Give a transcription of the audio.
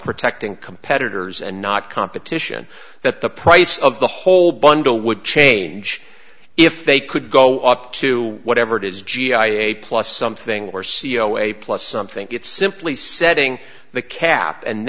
protecting competitors and not competition that the price of the whole bundle would change if they could go up to whatever it is g i a plus something or c e o a plus some think it's simply setting the cap and